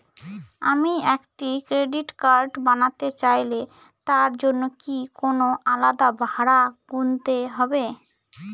আমি একটি credit card বানাতে চাইলে তার জন্য কি কোনো আলাদা ভাড়া গুনতে হবে?